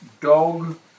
Dog